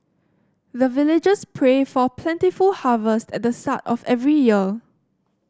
the villagers pray for plentiful harvest at the start of every year